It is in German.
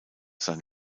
sein